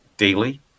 Daily